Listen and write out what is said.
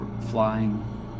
flying